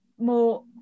more